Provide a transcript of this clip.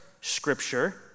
scripture